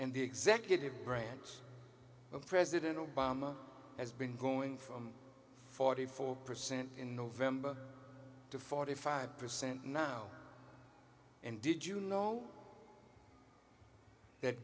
and the executive branch of president obama has been going from forty four percent in november to forty five percent now and did you know that